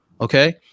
okay